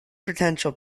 potential